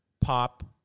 pop